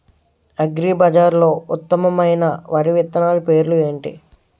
అగ్రిబజార్లో ఉత్తమమైన వరి విత్తనాలు పేర్లు ఏంటి?